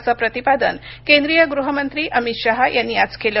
असं प्रतिपादन केंद्रीय गृहमंत्री अमित शहा यांनी आज केलं